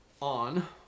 on